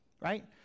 right